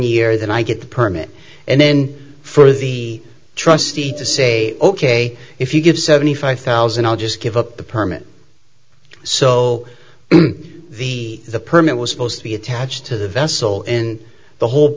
year then i get the permit and then for the trustee to say ok if you give seventy five thousand i'll just give up the permit so the the permit was supposed to be attached to the vessel in the whole